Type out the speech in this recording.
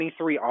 23